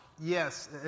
Yes